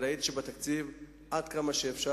ראיתי שנתנו לזה מענה בתקציב, עד כמה שאפשר.